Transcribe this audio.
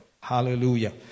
Hallelujah